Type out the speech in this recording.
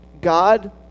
God